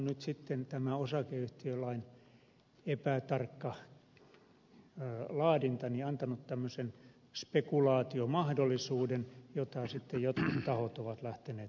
nyt sitten tämä osakeyhtiölain epätarkka laadinta on antanut tämmöisen spekulaatiomahdollisuuden jota sitten jotkut tahot ovat lähteneet toteuttamaan